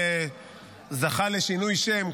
הוא זכה לשינוי שם,